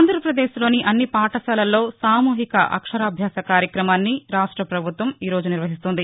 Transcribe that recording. ఆంధ్రాపదేశ్లోని అన్ని పాఠశాలల్లో సామూహిక అక్షరాభ్యాస కార్యక్రమాన్ని రాష్టపభుత్వం ఈరోజు నిర్వహిస్తోంది